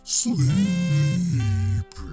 sleep